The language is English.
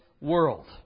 world